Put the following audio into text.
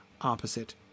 opposite